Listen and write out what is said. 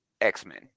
X-Men